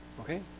okay